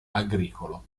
agricolo